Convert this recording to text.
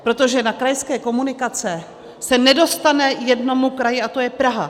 Protože na krajské komunikace se nedostane jednomu kraji, a to je Praha.